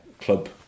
club